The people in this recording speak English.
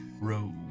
Rogue